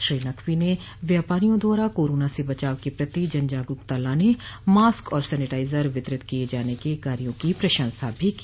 श्री नकवी ने व्यापारियों द्वारा कोरोना से बचाव के प्रति जन जागरूकता लाने मास्क और सैनिटाइजर वितरित किये जाने के कार्यो की प्रशंसा भी की